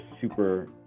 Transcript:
super